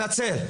סליחה, מתנצל.